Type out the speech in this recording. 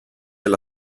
alla